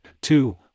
two